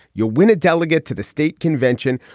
you'll win a delegate to the state convention,